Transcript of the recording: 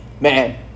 Man